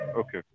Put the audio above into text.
okay